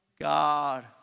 God